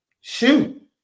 Shoot